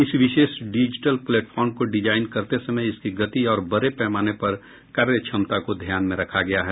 इस विशेष digital platform को डिजाइन करते समय इसकी गति और बड़े पैमाने पर कार्यक्षमता को ध्यान में रखा गया है